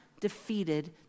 defeated